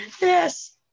Yes